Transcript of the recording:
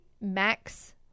Max